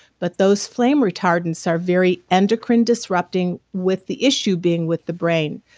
but those flame retardants are very endocrine disrupting with the issue being with the brain.